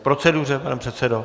K proceduře, pane předsedo?